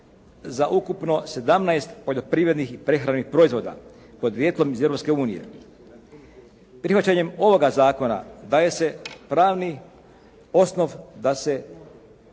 za ukupno 17 poljoprivrednih i prehrambenih proizvoda, podrijetlom iz Europske unije. Prihvaćanjem ovoga zakona daje se pravni osnov da se